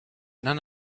none